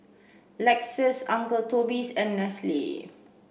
Lexus Uncle Toby's and Nestle